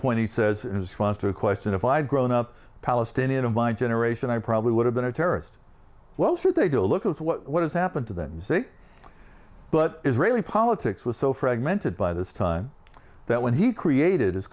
point he says response to a question if i'd grown up palestinian of my generation i probably would have been a terrorist well sure they do look at what has happened to them see but israeli politics was so fragmented by this time that when he created